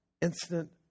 instant